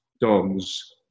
dogs